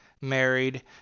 married